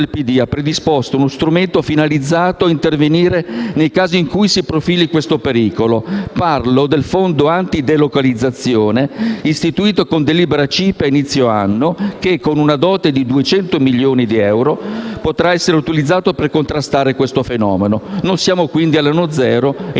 del PD ha predisposto uno strumento finalizzato a intervenire nei casi in cui si profili questo pericolo: mi riferisco al Fondo anti-delocalizzazione, istituito con delibera CIPE a inizio anno, che, con una dote di 200 milioni di euro, potrà essere utilizzato per contrastare tale fenomeno. Non siamo quindi all'anno zero e